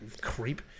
Creep